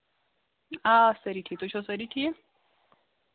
آ سٲری ٹھیٖک تُہۍ چھِوا سٲری ٹھیٖک